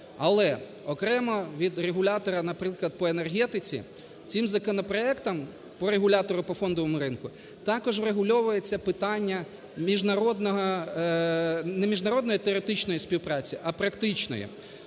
Але окремо від регулятора, наприклад, по енергетиці цим законопроектом по регулятору і по фондовому ринку також врегульовується питання міжнародного… не міжнародної теоретичної співпраці, а практичної.